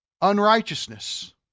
Unrighteousness